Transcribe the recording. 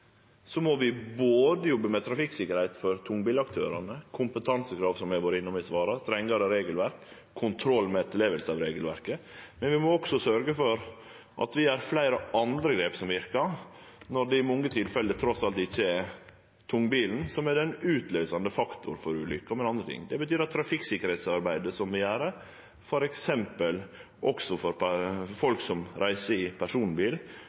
må vi jobbe med trafikksikkerheit for tungbilaktørane – kompetansekrav, som eg har vore innom i svara, strengare regelverk og kontroll med etterleving av regelverket – men vi må også sørgje for at vi gjer fleire andre grep som verkar, når det i mange tilfelle trass alt ikkje er tungbilen som er den utløysande faktor for ulykka, men andre ting. Det betyr at trafikksikkerheitsarbeidet som vi gjer f.eks. også for folk som reiser i personbil,